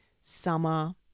summer